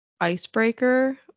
Icebreaker